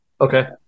Okay